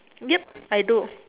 yup I do